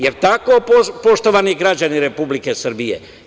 Da li je tako, poštovani građani Republike Srbije?